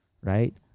right